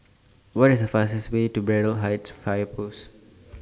What IS The fastest Way to Braddell Height Fire Post